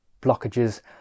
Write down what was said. blockages